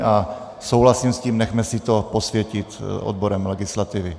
A souhlasím s tím, nechme si to posvětit odborem legislativy.